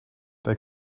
they